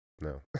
No